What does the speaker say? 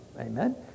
amen